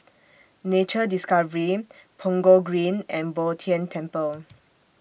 Nature Discovery Punggol Green and Bo Tien Temple